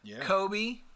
Kobe